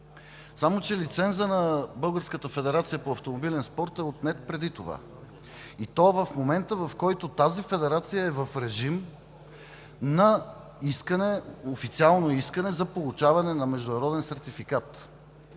Само че лицензът на Българската федерация по автомобилен спорт е отнет преди това и то в момента, в който тази федерация е в режим на официално искане за получаване на международен сертификат.